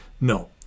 No